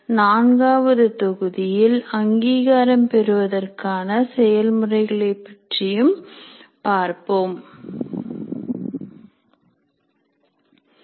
நான்காவது தொகுதியில் அங்கீகாரம் பெறுவதற்கான செயல்முறைகளை பற்றியும் பார்ப்போம்